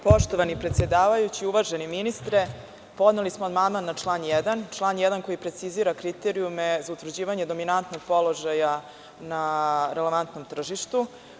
Poštovani predsedavajući, uvaženi ministre, podneli smo amandman na član 1, koji precizira kriterijume za utvrđivanje dominantnog položaja na relevantnom tržištu.